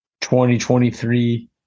2023